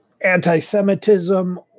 anti-Semitism